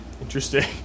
Interesting